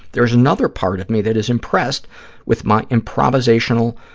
there is another part of me that is impressed with my improvisational